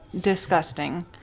disgusting